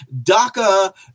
DACA